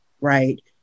right